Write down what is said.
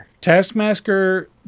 Taskmaster